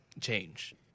change